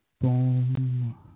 Boom